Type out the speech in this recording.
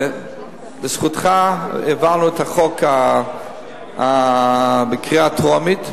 בזכותך העברנו את החוק בקריאה טרומית,